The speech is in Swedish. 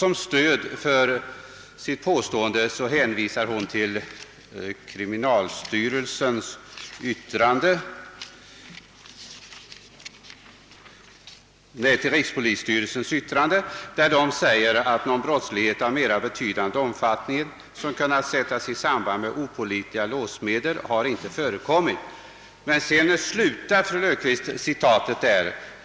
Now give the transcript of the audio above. Som stöd för sitt påstående hänvisar fru Löfqvist till rikspolisstyrelsens yttrande, i vilket sägs: »Någon brottslighet av mera betydande omfattning, som kunnat sättas i samband med opålitliga låssmeder, har inte förekommit.» Där avslutar fru Löfqvist citatet.